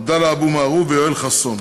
עבדאללה אבו מערוף ויואל חסון.